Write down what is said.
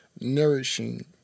nourishing